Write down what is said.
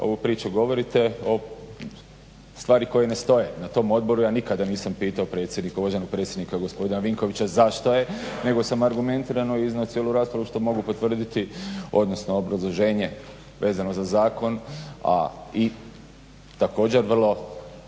ovu priču. Govorite stvari koje ne stoje, na tom odboru ja nikada nisam pitao predsjednika, uvaženog predsjednika gospodina Vinkovića zašto je, nego sam argumentirano iznio cijelu raspravu što mogu potvrditi odnosno obrazloženje vezano za Zakon a i također vrlo